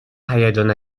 هیجان